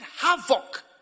havoc